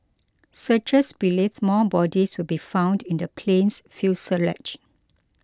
searchers believes more bodies will be found in the plane's fuselage